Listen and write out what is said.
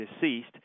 deceased